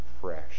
fresh